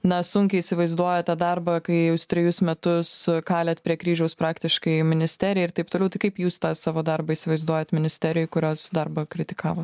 na sunkiai įsivaizduoja tą darbą kai jūs trejus metus kalėt prie kryžiaus praktiškai ministerijai ir taip toliau tai kaip jūs tą savo darbą įsivaizduojat ministerijoj kurios darbą kritikavot